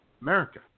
America